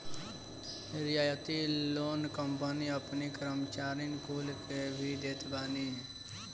रियायती ऋण कंपनी अपनी कर्मचारीन कुल के भी देत बानी